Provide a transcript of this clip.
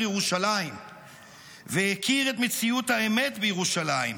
ירושלים והכיר את מציאות האמת בירושלים,